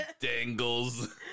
dangles